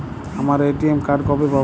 আমার ATM card কবে পাব?